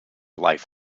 life